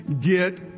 Get